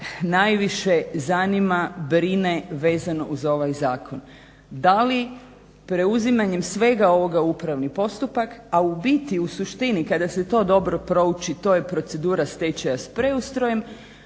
najviše zanima, brine vezano uz ovaj zakon. Da li preuzimanjem svega ovoga u upravni postupak, a u biti u suštini kada se to dobro prouči to je procedura stečaja s preustrojem